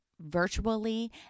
virtually